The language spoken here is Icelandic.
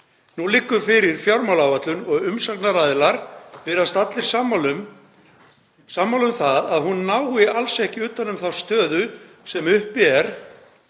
Nú liggur fyrir fjármálaáætlun og umsagnaraðilar virðast allir sammála um það að hún nái alls ekki utan um þá stöðu sem uppi er,